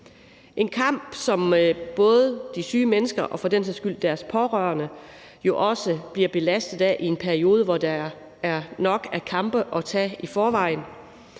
en kamp, som både de syge mennesker og for den sags skyld også deres pårørende bliver belastet af i en periode, hvor der er nok kampe at tage af i forvejen.